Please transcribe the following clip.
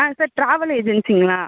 ஆ sir travel ஏஜென்சிங்களா